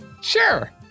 Sure